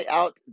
out